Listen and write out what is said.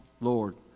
Lord